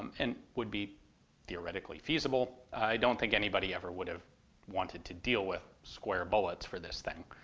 and would be theoretically feasible. i don't think anybody ever would have wanted to deal with square bullets for this thing.